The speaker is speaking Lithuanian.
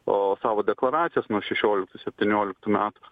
o savo deklaracijos nuo šešioliktų septynioliktų metų